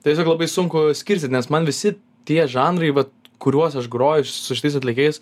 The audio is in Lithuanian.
tiesiog labai sunku skirstyt nes man visi tie žanrai vat kuriuos aš groju su šitais atlikėjais